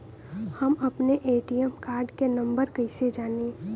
हम अपने ATM card के नंबर कइसे जानी?